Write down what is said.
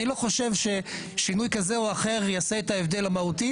אני לא חושב ששינוי כזה או אחר יעשה את ההבדל המהותי